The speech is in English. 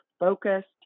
Focused